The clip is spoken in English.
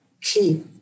key